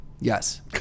Yes